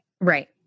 Right